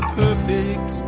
perfect